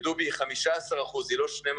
ודובי, היא 15%, היא לא 12%,